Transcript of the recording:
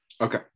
okay